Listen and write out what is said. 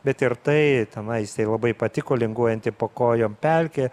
bet ir tai ten aistei labai patiko linguojanti po kojom pelkė